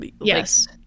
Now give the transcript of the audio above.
Yes